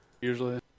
usually